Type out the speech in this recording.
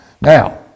Now